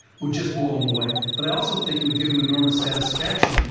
would just blow him away. but i also think it would give him enormous satisfaction,